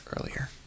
earlier